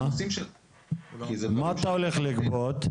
מה אתה הולך לגבות?